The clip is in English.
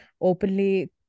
openly